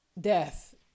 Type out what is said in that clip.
death